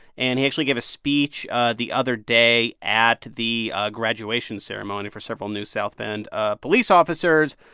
and he actually gave a speech the other day at the graduation ceremony for several new south bend ah police officers,